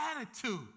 attitude